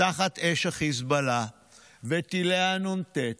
תחת אש החיזבאללה וטילי הנ"ט,